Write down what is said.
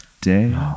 day